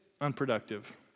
unproductive